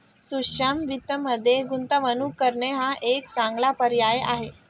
सूक्ष्म वित्तमध्ये गुंतवणूक करणे हा एक चांगला पर्याय आहे